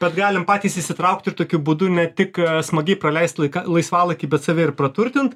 bet galim patys įsitraukt ir tokiu būdu ne tik smagiai praleist laiką laisvalaikį bet save ir praturtint